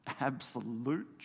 absolute